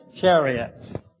chariot